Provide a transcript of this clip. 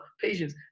patience